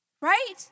Right